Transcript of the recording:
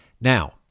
Now